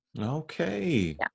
Okay